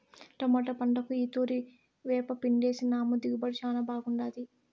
tomato పంటకు ఈ తూరి వేపపిండేసినాము దిగుబడి శానా బాగుండాది